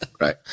Right